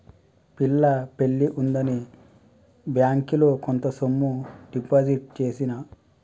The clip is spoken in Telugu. పిల్ల పెళ్లి ఉందని బ్యేంకిలో కొంత సొమ్ము డిపాజిట్ చేసిన